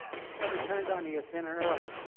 she's never turned on espn in her life.